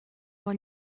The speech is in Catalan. bon